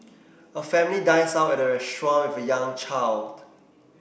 a family dines out at a restaurant with a young child